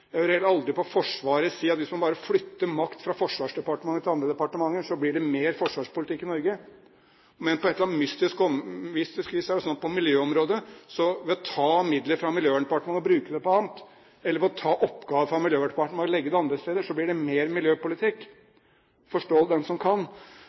Jeg hører dem heller aldri om Forsvaret si at hvis man bare flytter nok fra Forsvarsdepartementet til andre departementer, så blir det mer forsvarspolitikk i Norge. Men hvis det er snakk om miljøområdet, så vil det på et eller annet mystisk vis bli mer miljøpolitikk ved at man tar midler fra Miljøverndepartementet og bruker dem på noe annet, eller ved at man tar oppgaver fra Miljøverndepartementet